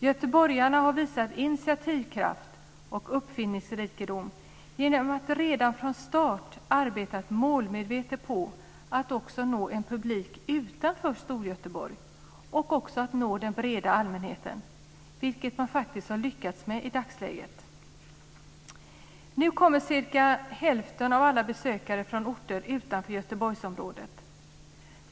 Göteborgarna har visat initiativkraft och uppfinningsrikedom genom att redan från start arbeta målmedvetet på att också nå en publik utanför Storgöteborg och att nå den breda allmänheten, vilket man i dagsläget faktiskt har lyckats med. Nu kommer cirka hälften av alla besökare från orter utanför Göteborgsområdet.